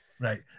Right